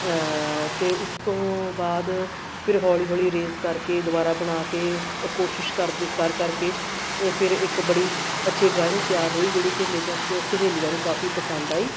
ਅਤੇ ਉਸ ਤੋਂ ਬਾਅਦ ਫਿਰ ਹੌਲੀ ਹੌਲੀ ਰੇਜ ਕਰਕੇ ਦੁਬਾਰਾ ਬਣਾ ਕੇ ਕੋਸ਼ਿਸ਼ ਕਰਦੇ ਕਰ ਕਰ ਕੇ ਫਿਰ ਇੱਕ ਬੜੀ ਅੱਛੀ ਡਰਾਇੰਗ ਤਿਆਰ ਹੋਈ ਜਿਹੜੀ ਕਿ ਮੇਰੀਆਂ ਸ ਸਹੇਲੀਆਂ ਨੂੰ ਕਾਫੀ ਪਸੰਦ ਆਈ